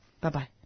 Bye-bye